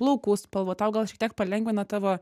plaukų spalva tau gal šiek tiek palengvina tavo